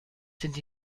sind